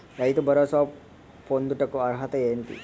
రైతు భరోసా పొందుటకు అర్హత ఏంటి?